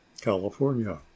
California